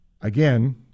Again